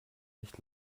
nicht